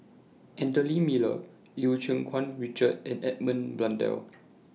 Anthony Miller EU Keng Mun Richard and Edmund Blundell